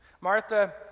Martha